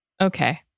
okay